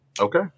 okay